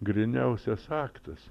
gryniausias aktas